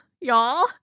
y'all